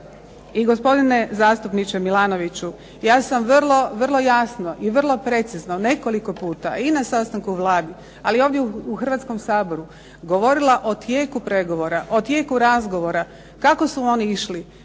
I gospodine zastupniče Milanoviću, ja sam vrlo jasno i vrlo precizno nekoliko puta i na sastanku Vlade ali i ovdje u Hrvatskom saboru govorila o tijeku pregovora, o tijeku razgovora kako su oni išli